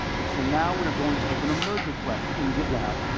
and so now, we're going to open a merge request in gitlab.